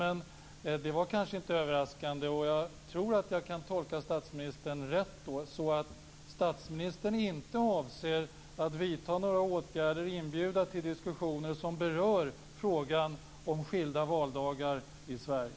Inställningen var inte överraskande, och jag kan kanske tolka statsministern så att statsministern inte avser att inbjuda till diskussioner som berör frågan om skilda valdagar i Sverige.